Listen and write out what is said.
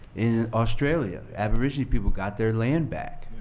in australia, aboriginal people got their land back.